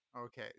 okay